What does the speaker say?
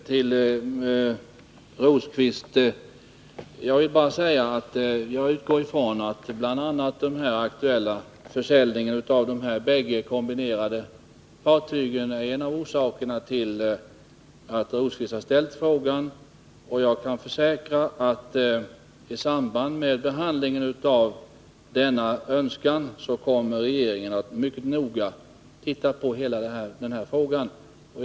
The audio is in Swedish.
Herr talman! Helt kort vill jag bara säga att jag utgår från att bl.a. den aktuella försäljningen av de bägge kombinerade fartygen är en av orsakerna till att Birger Rosqvist har ställt frågan. Jag kan försäkra Birger Rosqvist att regeringen i samband med behandlingen av denna sak kommer att se mycket noga på hela frågan.